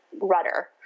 rudder